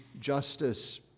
justice